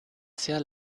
sehr